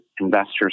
investors